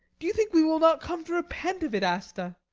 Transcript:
do you think we will not come to repent of it, asta?